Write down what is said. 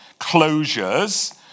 closures